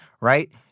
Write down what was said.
right